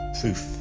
proof